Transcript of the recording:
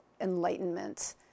enlightenment